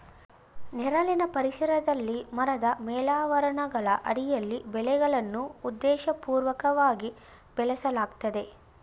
ನೆರಳಿನ ಪರಿಸರದಲ್ಲಿ ಮರದ ಮೇಲಾವರಣಗಳ ಅಡಿಯಲ್ಲಿ ಬೆಳೆಗಳನ್ನು ಉದ್ದೇಶಪೂರ್ವಕವಾಗಿ ಬೆಳೆಸಲಾಗ್ತದೆ